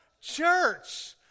Church